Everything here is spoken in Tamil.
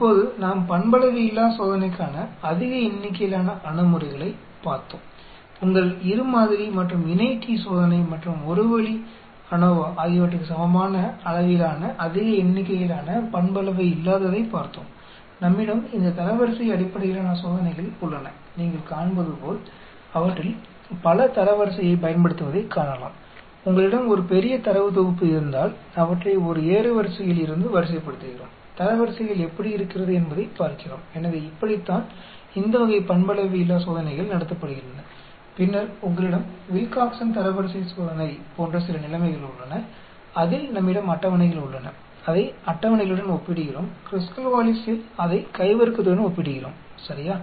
இப்போது நாம் பண்பளவையில்லா சோதனைக்கான அதிக எண்ணிக்கையிலான அணுகுமுறைகளைப் பார்த்தோம் உங்கள் இரு மாதிரி மற்றும் இணை t -சோதனை மற்றும் ஒரு வழி ANOVA ஆகியவற்றுக்கு சமமான அளவிலான அதிக எண்ணிக்கையிலான பண்பளவையில்லாததைப் பார்த்தோம் நம்மிடம் இந்த தரவரிசை அடிப்படையிலான சோதனைகள் உள்ளன நீங்கள் காண்பதுபோல் அவற்றில் பல தரவரிசையைப் பயன்படுத்துவதைக் காணலாம் உங்களிடம் ஒரு பெரிய தரவு தொகுப்பு இருந்தால் அவற்றை ஒரு ஏறுவரிசையில் இருந்து வரிசைப்படுத்துகிறோம் தரவரிசைகள் எப்படி இருக்கிறது என்பதைப் பார்க்கிறோம் எனவே இப்படித்தான் இந்த வகை பண்பளவையில்லா சோதனைகள் நடத்தப்படுகின்றன பின்னர் உங்களிடம் வில்காக்சன் தரவரிசை சோதனை போன்ற சில நிலைமைகள் உள்ளன அதில் நம்மிடம் அட்டவணைகள் உள்ளன அதை அட்டவணைகளுடன் ஒப்பிடுகிறோம் க்ருஸ்கல் வாலிஸில் அதை கை வர்க்கத்துடன் ஒப்பிடுகிறோம் சரியா